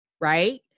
right